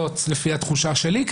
לפי התחושה שלי,